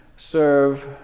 serve